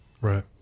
right